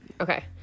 Okay